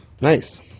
Nice